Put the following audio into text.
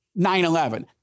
9-11